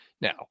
Now